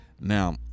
Now